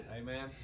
Amen